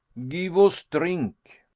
give us drink.